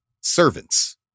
servants